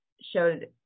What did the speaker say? showed